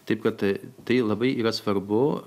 taip kad tai labai yra svarbu